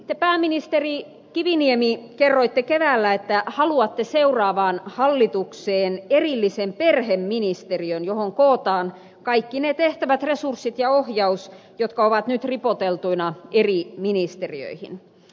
te pääministeri kiviniemi kerroitte keväällä että haluatte seuraavaan hallitukseen erillisen perheministeriön johon kootaan kaikki ne tehtävät ja resurssit ja se ohjaus jotka ovat nyt ripoteltuina eri ministeriöihin